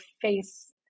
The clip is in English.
face